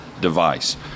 device